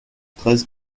treize